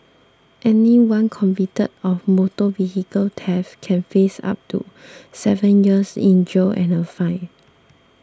anyone convicted of motor vehicle theft can face up to seven years in jail and a fine